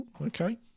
Okay